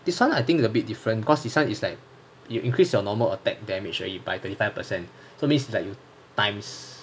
this [one] I think is a bit different cause design is like you increase your normal attack damage you by thirty per cent promise that you times